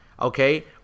okay